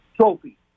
trophy